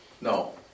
no